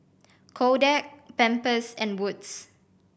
Kodak Pampers and Wood's